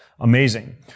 Amazing